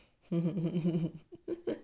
mm mm